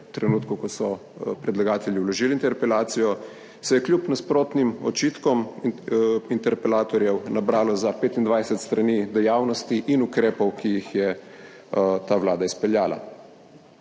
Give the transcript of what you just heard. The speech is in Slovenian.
v trenutku, ko so predlagatelji vložili interpelacijo, se je kljub nasprotnim očitkom interpelatorjev nabralo za 25 strani dejavnosti in ukrepov, ki jih je ta vlada izpeljala.